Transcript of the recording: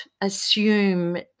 assume